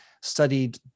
studied